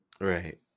Right